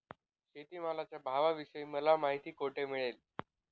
शेतमालाच्या भावाविषयी मला माहिती कोठे मिळेल?